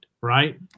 right